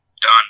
Done